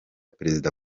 perezida